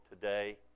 today